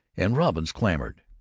and robins clamored.